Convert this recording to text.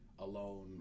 Alone